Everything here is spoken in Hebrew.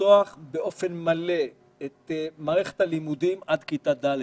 לפתוח באופן מלא את מערכת הלימודים עד כיתה ד'.